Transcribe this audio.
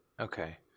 Okay